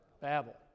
Babel